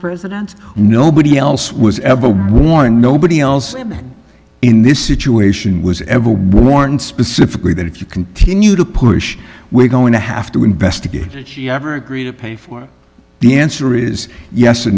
president nobody else was ever warned nobody else in this situation was ever worn specifically that if you continue to push we're going to have to investigate you ever agree to pay for the answer is yes